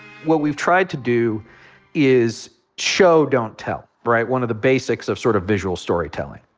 what we've tried to do is show, don't tell, right? one of the basics of sort of visual storytelling.